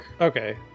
Okay